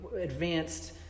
advanced